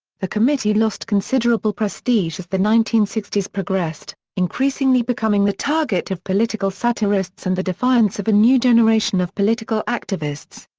the committee lost considerable prestige as the nineteen sixty s progressed, increasingly becoming the target of political satirists and the defiance of a new generation of political activists.